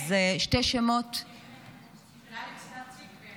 אלכס דנציג ויוגב בוכשטב.